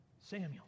Samuel